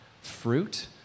fruit